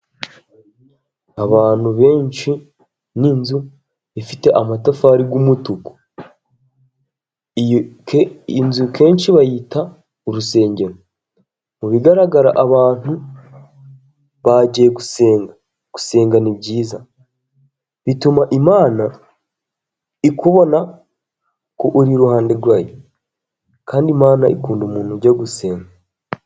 Abantu benshi n'inzu ifite amatafari y'umutuku. Iyo ke... Inzu kenshi bayita urusengero. Mu bigaragara abantu bagiye gusenga. Gusenga ni byiza, bituma Imana ikubona ko uri iruhande rwayo kandi imana ikunda umuntu ujya gusenga.